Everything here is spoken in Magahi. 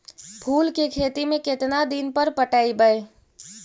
फूल के खेती में केतना दिन पर पटइबै?